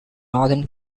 northern